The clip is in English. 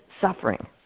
suffering